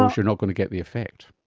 ah you're not going to get the effect.